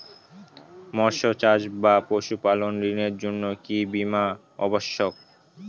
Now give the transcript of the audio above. মৎস্য চাষ বা পশুপালন ঋণের জন্য কি বীমা অবশ্যক?